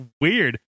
weird